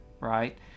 right